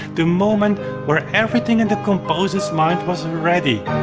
the moment where everything in the composer's mind was ready,